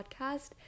podcast